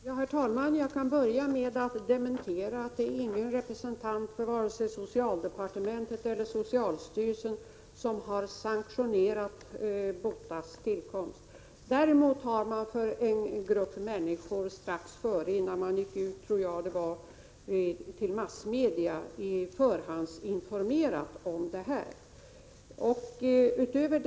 Herr talman! Jag kan börja med en dementi — det är ingen representant för vare sig socialdepartementet eller socialstyrelsen som har sanktionerat BOTA: s tillkomst. Däremot har vi förhandsinformerat en grupp människor strax innan vi gick ut till massmedia, tror jag det var.